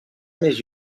més